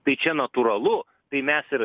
tai čia natūralu tai mes ir